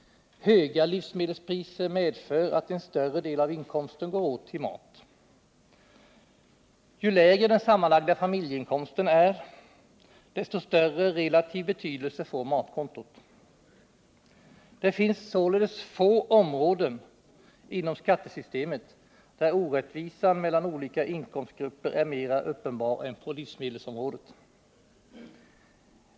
Höga livsmedelspriser medför att en större del av inkomsten går åt till mat. Ju lägre den sammanlagda familjeinkomsten är, desto större relativ betydelse får matkontot. Det finns således få områden inom skattesystemet där orättvisan mellan olika inkomstgrupper är mera uppenbar än på livsmedelsområdet.